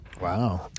Wow